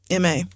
ma